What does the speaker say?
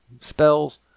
spells